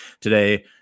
today